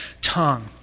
tongue